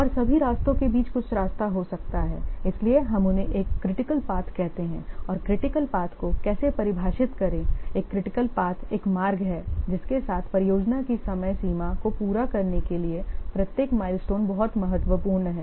और सभी रास्तों के बीच कुछ रास्ता हो सकता है इसलिए हम उन्हें एक क्रिटिकल पाथ कहते हैं और क्रिटिकल पाथ को कैसे परिभाषित करें एक क्रिटिकल पाथ एक मार्ग है जिसके साथ परियोजना की समय सीमा को पूरा करने के लिए प्रत्येक माइलस्टोन बहुत महत्वपूर्ण है